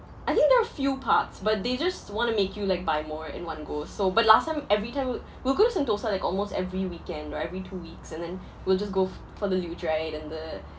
I think there are few parts but they just want to make you like buy more in one go so but last time every time we'll go to Sentosa like almost every weekend or every two weeks and then we'll just go for the luge ride and the